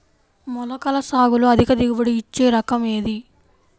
మొలకల సాగులో అధిక దిగుబడి ఇచ్చే రకం ఏది?